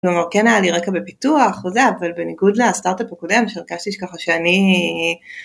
בלומר, כן היה לי רקע בפיתוח וזה אבל בניגוד לסטארטאפ הקודם שהרגשתי ככה שאני...